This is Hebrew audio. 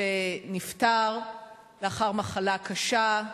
שנפטר לאחר מחלה קשה.